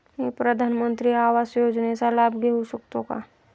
मी प्रधानमंत्री आवास योजनेचा लाभ घेऊ शकते का?